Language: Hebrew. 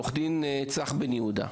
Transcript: נאמר לי